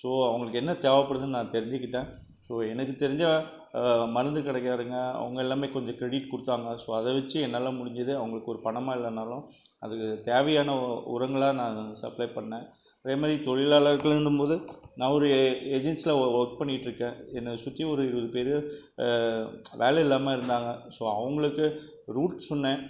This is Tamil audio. ஸோ அவங்குளுக்கு என்ன தேவைப்படுதுன்னு நான் தெரிஞ்சுக்கிட்டேன் ஸோ எனக்கு தெரிஞ்ச மருந்து கடைக்காரங்க அவங்க எல்லாமே கொஞ்சம் கிரிடிட் கொடுத்தாங்க ஸோ அதை வச்சு என்னால் முடிஞ்சது அவங்குளுக்கு ஒரு பணமாக இல்லைன்னாலும் அது தேவையான உரங்களாக நாங்கள் சப்ளை பண்ணேன் அதேமாதிரி தொழிலாளர்கள்ன்னும் போது நான் ஒரு ஏஜென்சியில் ஒர்க் பண்ணிட்டிருக்கேன் என்னை சுற்றி ஒரு இருபது பேர் வேலை இல்லாமல் இருந்தாங்க ஸோ அவங்குளுக்கு ரூட் சொன்னேன்